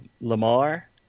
Lamar